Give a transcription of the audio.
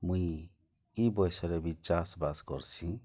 ମୁଇଁ ଇ ବୟସରେ ବି ଚାଷବାସ କର୍ସିଁ